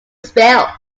spill